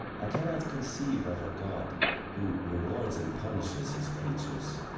i cannot conceive of a god who rewards and punishes his creatures,